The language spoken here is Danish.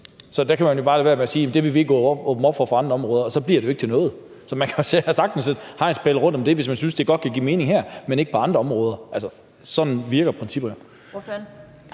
Så der kan man jo bare lade være og sige, at det vil man ikke åbne op for på andre områder, og så bliver det ikke til noget. Så man kan jo sagtens sætte hegnspæle rundt om det, hvis man synes, at det godt kan give mening her, men ikke på andre områder. Sådan virker principperne.